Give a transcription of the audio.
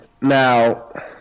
Now